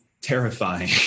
terrifying